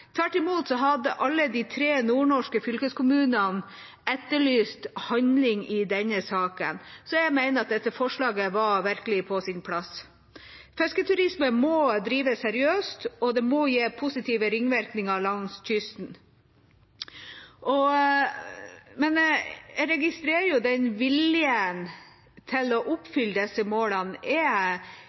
Tvert imot hadde alle de tre nordnorske fylkeskommunene etterlyst handling i denne saken. Så jeg mener at dette forslaget virkelig var på sin plass. Fisketurisme må drives seriøst, og det må gi positive ringvirkninger langs kysten. Men jeg registrerer at viljen til å oppfylle disse målene